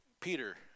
Peter